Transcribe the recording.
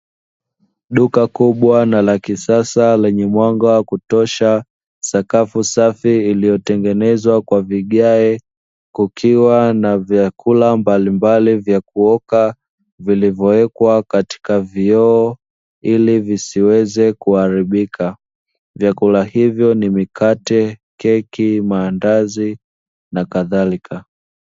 Duka kubwa na la kisasa lenye mwanga wa kutosha, sakafu safi iliyotengenezwa kwa vigae; kukiwa na vyakula mbalimbali vya kuoka, vilivyowekwa katika vioo ili visiweze kuharibika. Vyakula hivyo ni: mikate, keki, maandazi, na kadhalika.